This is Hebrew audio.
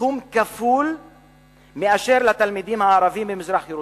סכום כפול מאשר לתלמידים הערבים במזרח-ירושלים.